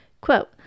Quote